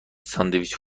ساندویچ